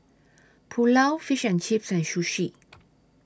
Pulao Fish and Chips and Sushi